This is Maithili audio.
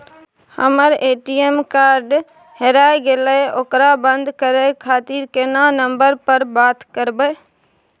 हमर ए.टी.एम कार्ड हेराय गेले ओकरा बंद करे खातिर केना नंबर पर बात करबे?